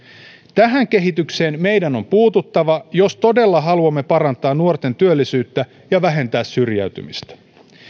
tähän kehitykseen meidän on puututtava jos todella haluamme parantaa nuorten työllisyyttä ja vähentää syrjäytymistä